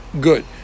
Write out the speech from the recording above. good